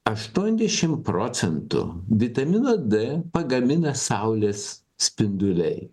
aštuoniasdešim procentų vitamino d pagamina saulės spinduliai